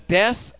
death